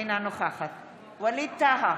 אינה נוכחת ווליד טאהא,